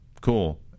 Cool